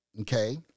okay